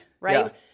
right